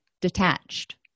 detached